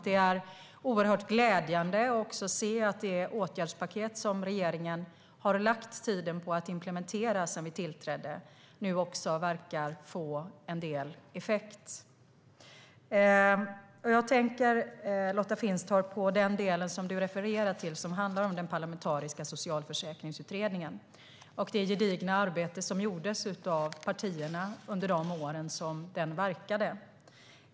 Det är mycket glädjande att se att det åtgärdspaket som regeringen, sedan den tillträdde, har lagt ned tid på för att implementera nu verkar få en del effekter. Lotta Finstorp refererade till den parlamentariska socialförsäkringsutredningen och det gedigna arbete som gjordes av partierna under de år som den verkade.